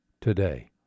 today